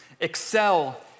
excel